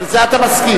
לזה אתה מסכים.